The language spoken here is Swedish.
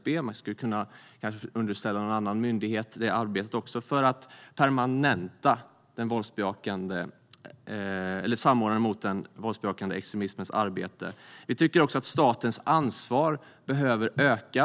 Man kanske också skulle kunna underställa det arbetet någon annan myndighet för att permanenta det arbete som utförs av samordnaren mot våldsbejakande extremism. Vi tycker också att statens ansvar behöver öka.